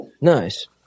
nice